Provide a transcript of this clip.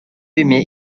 aimer